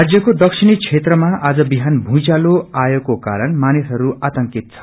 राज्यको दक्षिणी भागमा आज बिहान भूईचालो आएको कारण मानिसहरू आतंकित छन्